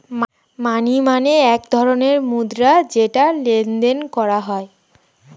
মানি মানে এক ধরণের মুদ্রা যেটা লেনদেন করা হয়